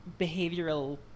behavioral